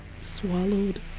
swallowed